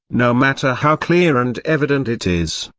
no matter how clear and evident it is.